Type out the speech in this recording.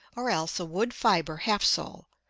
or else a wood-fibre half-sole,